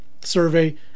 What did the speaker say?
survey